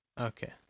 Okay